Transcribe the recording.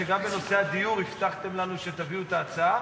שגם בנושא הדיור הבטחתם לנו שתביאו את ההצעה,